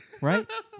right